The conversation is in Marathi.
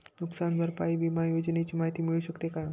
नुकसान भरपाई विमा योजनेची माहिती मिळू शकते का?